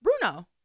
Bruno